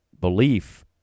belief